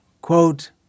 quote